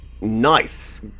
Nice